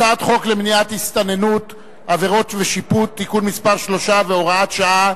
הצעת חוק למניעת הסתננות (עבירות ושיפוט) (תיקון מס' 3 והוראת שעה),